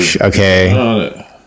Okay